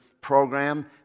program